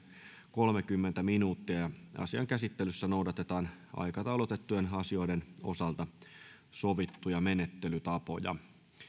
kolmekymmentä minuuttia asian käsittelyssä noudatetaan aikataulutettujen asioiden osalta sovittuja menettelytapoja